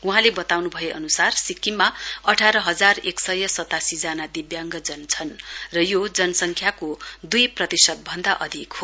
वहाँले बताउन् भए अनुसार सिक्किममा अठार हजार र एक सय सतासीजना दिव्याङ्गजनहरू छन् र यो जनसङ्ख्याको दुई प्रतिशत भन्दा अधिक हो